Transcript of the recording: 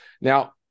Now